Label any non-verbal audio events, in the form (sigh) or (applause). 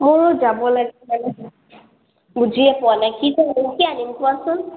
মইও যাব লাগে বুজিয়ে পোৱা নাই কি (unintelligible) কি আনিম কোৱাচোন